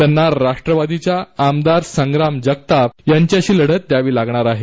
त्यांना राष्ट्रवादीच्या आमदार संग्राम जगताप यांच्याशी लढत द्यावी लागणार आहे